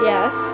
Yes